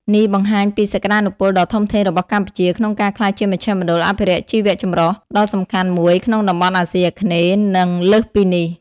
នេះបង្ហាញពីសក្តានុពលដ៏ធំធេងរបស់កម្ពុជាក្នុងការក្លាយជាមជ្ឈមណ្ឌលអភិរក្សជីវៈចម្រុះដ៏សំខាន់មួយក្នុងតំបន់អាស៊ីអាគ្នេយ៍ និងលើសពីនេះ។